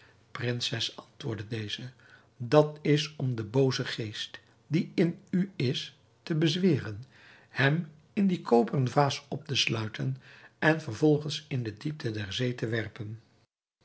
prinses antwoordde deze dat is om den boozen geest die in u is te bezweren hem in die koperen vaas op te sluiten en vervolgens in de diepte der zee te werpen